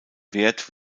wert